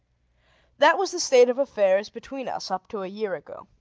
that was the state of affairs between us up to a year ago.